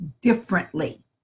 differently